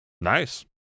Nice